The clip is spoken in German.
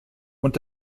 und